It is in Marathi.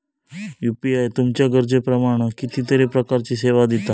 यू.पी.आय तुमच्या गरजेप्रमाण कितीतरी प्रकारचीं सेवा दिता